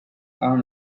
are